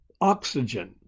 oxygen